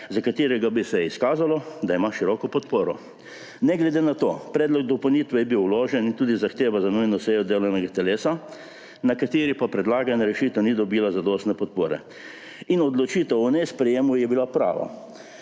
za katerega bi se izkazalo, da ima široko podporo. Ne glede na to, predlog dopolnitve je bil vložen in tudi zahteva za nujno sejo delovnega telesa, na kateri pa predlagana rešitev ni dobila zadostne podpore. In odločitev o nesprejemu je bila prava.